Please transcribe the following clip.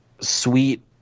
sweet